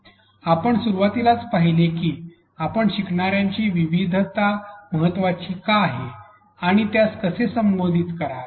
आणि आपण सुरुवातीलाच पाहीले की आपण शिकणार्याची विविधता महत्त्वाची का आहे आणि त्यास कसे संबोधित करावे